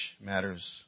matters